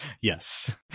yes